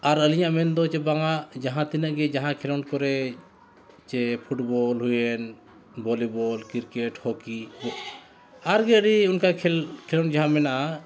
ᱟᱨ ᱟᱹᱞᱤᱧᱟᱜ ᱢᱮᱱᱫᱚ ᱪᱮ ᱵᱟᱝᱼᱟ ᱡᱟᱦᱟᱸ ᱛᱤᱱᱟᱹᱜ ᱜᱮ ᱡᱟᱦᱟᱸ ᱠᱷᱮᱞᱳᱱᱰ ᱠᱚᱨᱮ ᱪᱮ ᱯᱷᱩᱴᱵᱚᱞ ᱦᱩᱭᱮᱱ ᱵᱷᱚᱞᱤᱵᱚᱞ ᱠᱨᱤᱠᱮᱴ ᱦᱚᱠᱤ ᱟᱨᱜᱮ ᱟᱹᱰᱤ ᱚᱱᱠᱟ ᱠᱷᱮᱞ ᱠᱷᱮᱞᱳᱰ ᱡᱟᱦᱟᱸ ᱢᱮᱱᱟᱜᱼᱟ